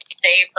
stay